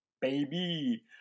baby